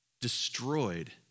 destroyed